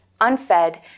unfed